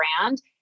brand